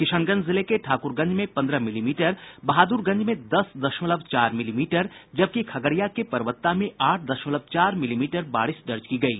किशनगंज जिले के ठाक्रगंज में पंद्रह मिलीमीटर बहादुरगंज में दस दशमलव चार मिलीमीटर जबकि खगड़िया के परबत्ता में आठ दशमलव चार मिलीमीटर बारिश दर्ज की गयी